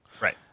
Right